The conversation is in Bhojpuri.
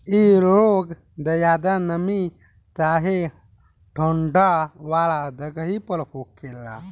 इ रोग ज्यादा नमी चाहे ठंडा वाला जगही पर होखेला